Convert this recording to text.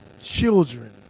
children